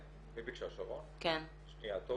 שנייה.